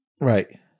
Right